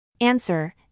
Answer